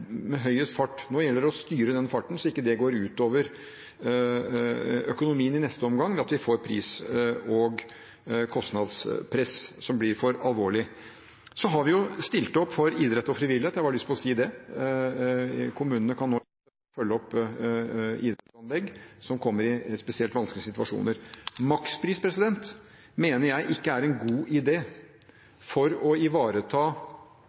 høyest fart. Nå gjelder det å styre den farten så ikke det går ut over økonomien i neste omgang ved at vi får et for alvorlig pris- og kostnadspress. Så har vi stilt opp for idrett og frivillighet, jeg har lyst til å si det. Kommunene kan nå følge opp idrettsanlegg som kommer i spesielt vanskelige situasjoner. Makspris mener jeg ikke er en god idé for å ivareta